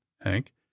hank